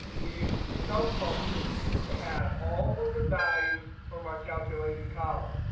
we used the sum function to add all of the values from our calculated column.